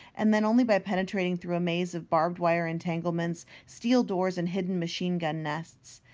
and then only by penetrating through a maze of barbed-wire entanglements, steel doors, and hidden machine-gun nests.